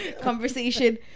conversation